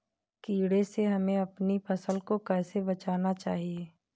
कीड़े से हमें अपनी फसल को कैसे बचाना चाहिए?